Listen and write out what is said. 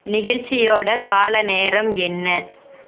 நிகழ்ச்சியோட காலநேரம் என்ன